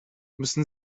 müssten